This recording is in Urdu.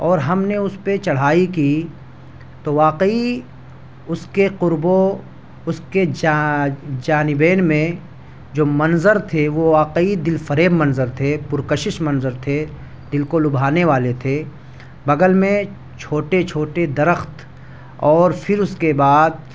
اور ہم نے اس پہ چڑھائی کی تو واقعی اس کے قرب و اس کے جا جانبین میں جو منظر تھے وہ واقعی دل فریب منظر تھے پرکشش منظر تھے دل کو لبھانے والے تھے بغل میں چھوٹے چھوٹے درخت اور پھر اس کے بعد